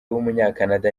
w’umunyakanada